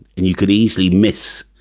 and you can easily miss.